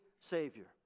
Savior